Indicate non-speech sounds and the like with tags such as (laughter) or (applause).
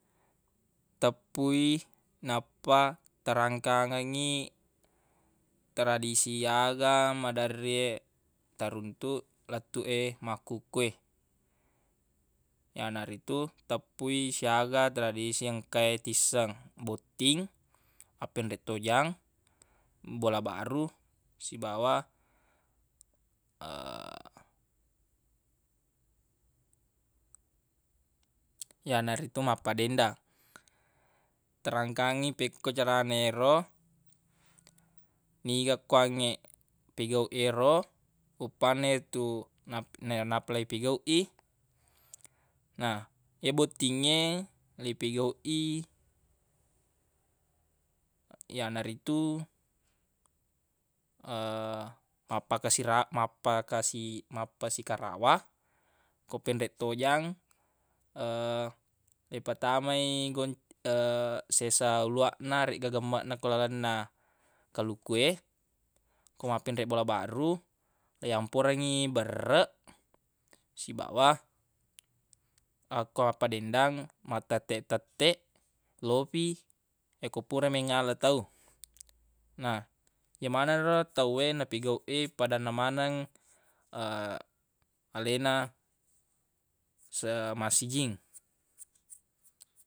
Teppui nappa tarangkangengngi tradisi aga maderri e taruntuq lettuq e makkukue yanaritu teppu i siaga tradisi engka e tisseng botting appenreq tojang bola baru sibawa (hesitation) (noise) yanaritu mappadendang terangkangngi pekko caranero (noise) niga kuangnge pigauq i yero uppanna tu- na- napalipigauq i na ye bottingnge leipigauq i (noise) yanaritu (hesitation) mapakasira- mapakasi- mappasikarawa ko penreq tojang (hesitation) leipatamai gon- (hesitation) sesa luwaq na aregga gemmeq na ko lalenna kaluku e ko mappenreq bola baru yamporengngi berreq sibawa yakko appadendang mattetteq-tetteq lofi yekko pura mengngala tau na yemaneng ro tawwe napigauq i padanna maneng (hesitation) alena semassijing.